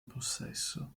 possesso